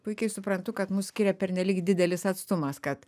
puikiai suprantu kad mus skiria pernelyg didelis atstumas kad